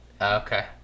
Okay